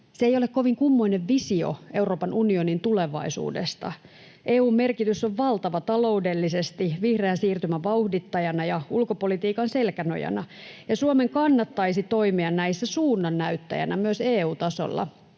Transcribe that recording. Se ei ole kovin kummoinen visio Euroopan unionin tulevaisuudesta. EU:n merkitys on valtava taloudellisesti vihreän siirtymän vauhdittajana ja ulkopolitiikan selkänojana, ja Suomen kannattaisi toimia näissä suunnannäyttäjänä myös EU-tasolla.